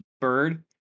bird